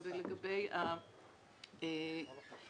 ולגבי הדרישות